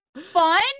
fun